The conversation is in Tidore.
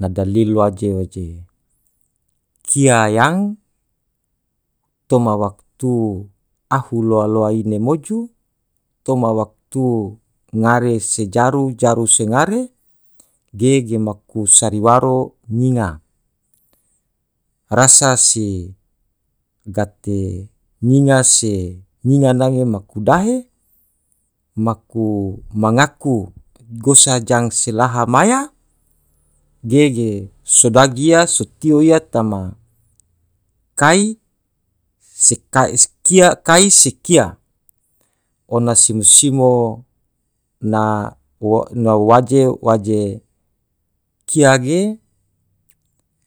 Na dalil waje-waje kia yang toma waktu ahu loa-loa ine moju, toma waktu ngare se jaru, jaru se ngare, ge maku sari waro nyinga, rasa si gate nyinga se nyinga nange maku dahe, maku mangaku gosa jang se laha maya ge ge so dagi ia so tio ia tama kai se kai se kia, ona simo-simo na waje kia ge